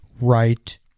right